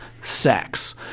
Sex